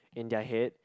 in their head